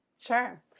Sure